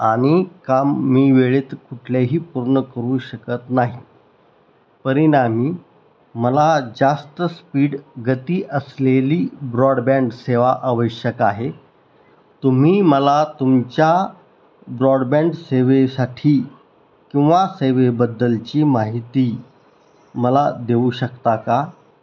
आणि काम मी वेळेत कुठल्याही पूर्ण करू शकत नाही परिनामी मला जास्त स्पीड गती असलेली ब्रॉडबँड सेवा आवश्यक आहे तुम्ही मला तुमच्या ब्रॉडबँड सेवेसाठी किंवा सेवेबद्दलची माहिती मला देऊ शकता का